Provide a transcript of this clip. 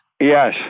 Yes